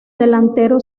delantero